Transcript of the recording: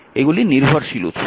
এইগুলি নির্ভরশীল উৎস